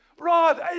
Rod